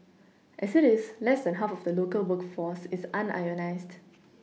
as it is less than half of the local workforce is unionised